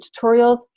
tutorials